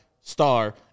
star